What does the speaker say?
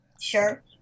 sure